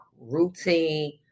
routine